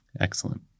Excellent